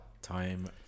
Time